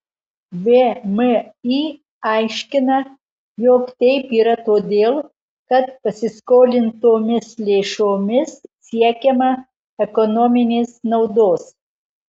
vmi aiškina jog taip yra todėl kad pasiskolintomis lėšomis siekiama ekonominės naudos